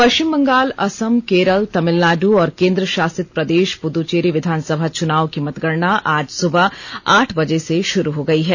पश्चिम बंगाल असम केरल तमिलनाडु और केन्द्रेशासित प्रदेश पुद्दचेरी विधानसभा चुनाव की मतगणना आज सुबह आठ बजे से शुरू हो गयी है